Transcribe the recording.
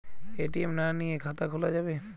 ATM না নিয়ে খাতা খোলা যাবে?